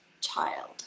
child